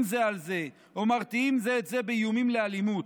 זה על זה או מרתיעים זה את זה באיומים לאלימות.